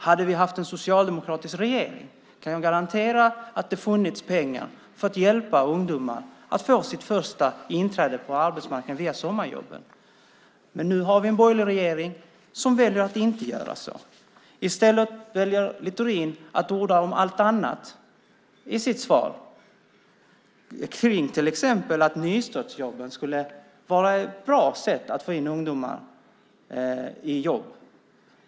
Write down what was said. Hade vi haft en socialdemokratisk regering kan jag garantera att det hade funnits pengar för att hjälpa ungdomar att få sitt första inträde på arbetsmarknaden via sommarjobben. Men nu har vi en borgerlig regering som väljer att inte göra så. Littorin väljer i stället att orda om allt annat i sitt svar, till exempel att nystartsjobben är ett bra sätt att få in ungdomar i jobb.